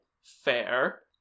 fair